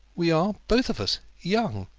we are, both of us, young,